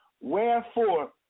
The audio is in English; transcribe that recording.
Wherefore